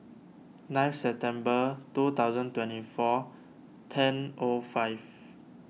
ninth September two thousand twenty four ten O five